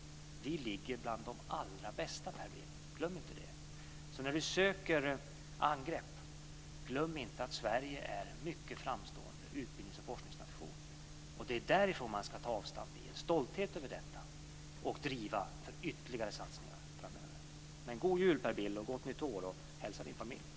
Vi ligger bland de allra främsta, Per Bill, glöm inte det. När Per Bill söker angrepp ska han inte glömma att Sverige är en mycket framstående utbildnings och forskningsnation. Det är det man ska ta avstamp i, i en stolthet över detta. Sedan ska man driva på för ytterligare satsningar framöver. Men god jul och gott nytt år, Per Bill! Hälsa familjen!